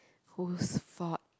whose fault